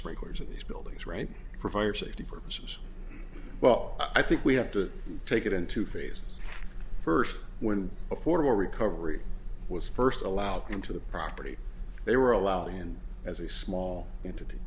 sprinklers in these buildings right for fire safety purposes well i think we have to take it in two phases first when a formal recovery was first allowed into the property they were allowed and as a small entity